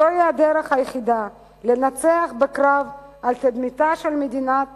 זוהי הדרך היחידה לנצח בקרב על תדמיתה של מדינת